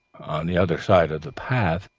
the other side of the path,